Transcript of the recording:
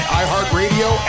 iHeartRadio